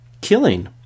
Killing